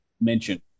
mention